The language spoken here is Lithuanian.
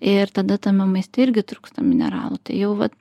ir tada tame mieste irgi trūksta mineralų tai jau vat